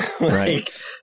Right